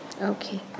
Okay